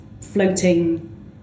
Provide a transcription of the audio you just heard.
floating